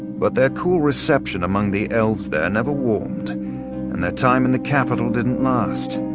but their cool reception among the elves there never warmed, and their time in the capital didn't last.